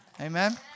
Amen